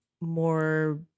more